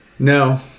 no